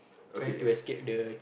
trying to escape the